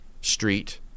Street